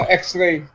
x-ray